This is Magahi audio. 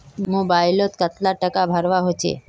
मोबाईल लोत कतला टाका भरवा होचे?